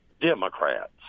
Democrats